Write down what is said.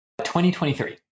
2023